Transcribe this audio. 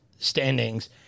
standings